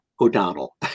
O'Donnell